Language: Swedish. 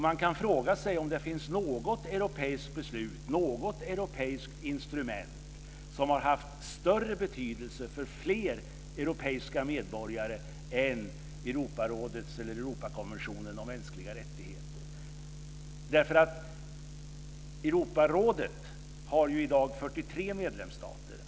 Man kan fråga sig om det finns något europeiskt beslut, något europeiskt instrument, som haft större betydelse för fler europeiska medborgare än Europakonventionen om mänskliga rättigheter. Europarådet har i dag 43 medlemsstater.